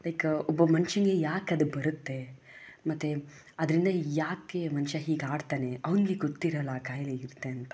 like ಒಬ್ಬ ಮನುಷ್ಯನಿಗೆ ಯಾಕೆ ಅದು ಬರುತ್ತೆ ಮತ್ತೆ ಅದರಿಂದ ಏಕೆ ಮನುಷ್ಯ ಹೀಗಾಡ್ತಾನೆ ಅವನಿಗೆ ಗೊತ್ತಿರಲ್ಲ ಆ ಖಾಯಿಲೆ ಇರುತ್ತೆ ಅಂತ